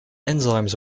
enzymes